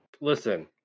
Listen